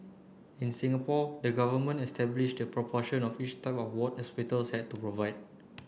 in Singapore the government establish the proportion of each type of ward hospitals had to provide